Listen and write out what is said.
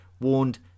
warned